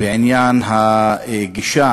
בעניין הגישה